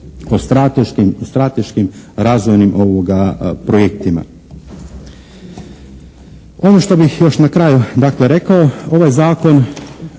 o strateškim razvojnim projektima. Ono što bih još na kraju dakle rekao, ovaj zakon